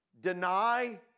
deny